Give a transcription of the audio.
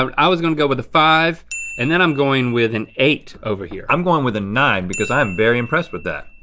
um i was gonna go with a five and then i'm going with an eight over here. i'm going with a nine because i am very impressed with that.